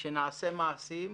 כשנעשה מעשים,